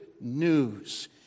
news